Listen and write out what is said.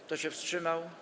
Kto się wstrzymał?